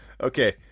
Okay